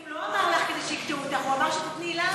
תודה רבה.